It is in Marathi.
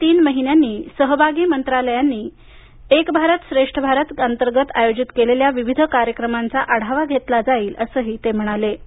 दर तीन महिन्यांनी सहभागी मंत्रालयांनी एक भारत श्रेष्ठ भारत अंतर्गत आयोजित केलेल्या विविध कार्यक्रमांचा आढावा घेतला जाईल असंही ते म्हणाले